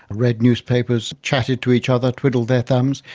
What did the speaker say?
read newspapers, chatted to each other, twiddled their thumbs.